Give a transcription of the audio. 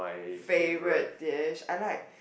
favourite dish I like